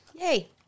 yay